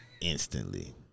instantly